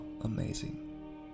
amazing